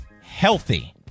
healthy